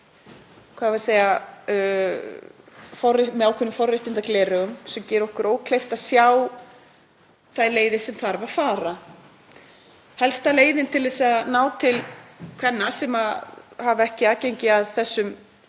að horfa á þetta með ákveðnum forréttindagleraugum sem gera okkur ókleift að sjá þær leiðir sem þarf að fara. Helsta leiðin til að ná til kvenna sem hafa ekki aðgengi að þessum